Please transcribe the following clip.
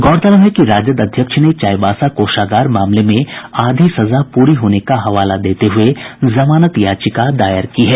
गौरतलब है कि राजद अध्यक्ष ने चाईबासा कोषागार मामले में आधी सजा पूरी होने का हवाला देते हुए जमानत याचिका दायर की है